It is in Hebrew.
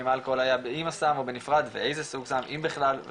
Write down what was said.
עם האלכוהול היה עם הסם או בנפרד ואיזה סוג סם אם בכלל,